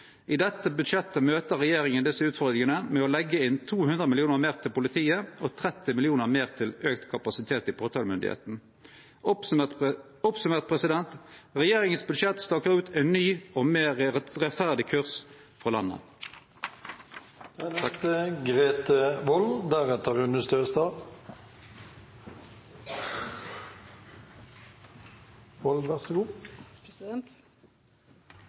I dette budsjettet møter regjeringa desse utfordringane med å leggje inn 200 mill. kr meir til politiet og 30 mill. kr meir til auka kapasitet i påtalemyndigheita. Summert opp: Budsjettet til regjeringa stakar ut ein ny og meir rettferdig kurs for landet.